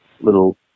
little